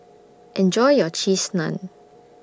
Enjoy your Cheese Naan